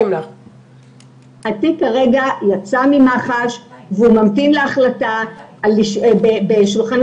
התיק כרגע יצא ממח"ש וממתין להחלטה על שולחנו